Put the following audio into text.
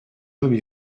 homme